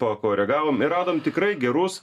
pakoregavom ir radom tikrai gerus